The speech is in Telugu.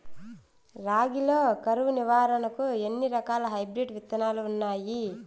రాగి లో కరువు నివారణకు ఎన్ని రకాల హైబ్రిడ్ విత్తనాలు ఉన్నాయి